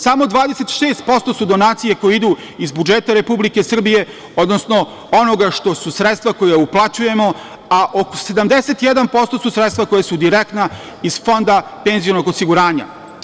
Samo 26% su donacije koje idu iz budžeta Republike Srbije, odnosno onoga što su sredstva koja uplaćujemo, a oko 71% su sredstva koja su direktna iz Fonda penzionog osiguranja.